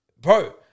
bro